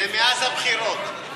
זה מאז הבחירות.